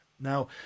Now